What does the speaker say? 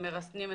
ארבעה ימים,